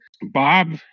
bob